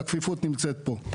והכפיפות נמצאת פה.